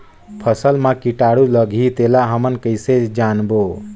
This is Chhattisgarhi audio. फसल मा कीटाणु लगही तेला हमन कइसे जानबो?